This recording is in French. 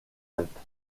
alpes